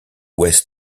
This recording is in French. ouest